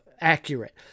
accurate